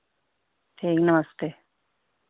ठीक नमस्ते